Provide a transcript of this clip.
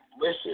listen